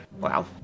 Wow